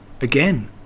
again